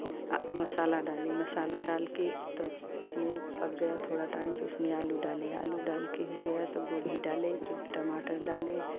फिर आ मसाला डाले मसाला डाल के तब उसमे पक गया थोड़ा टाइम तो उसमे आलू डाले आलू डाल के हो गया तो गोभी डाले फिर टमाटर डाले